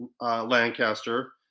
Lancaster